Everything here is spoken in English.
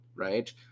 right